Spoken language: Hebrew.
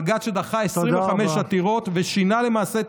בג"ץ שדחה 25 עתירות ושינה למעשה את